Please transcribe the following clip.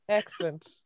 excellent